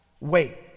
wait